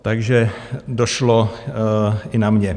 Takže došlo i na mě.